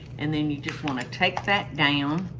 and then you just want to take that down,